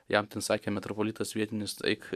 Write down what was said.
jam ten sakė metropolitas vietinis eik